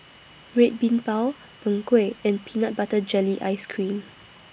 Red Bean Bao Png Kueh and Peanut Butter Jelly Ice Cream